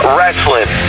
Wrestling